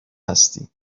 هستی